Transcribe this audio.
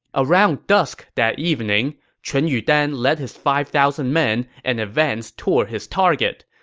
around dusk that evening, chun yudan led his five thousand men and advanced toward his target.